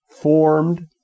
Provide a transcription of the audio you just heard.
formed